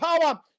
power